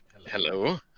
Hello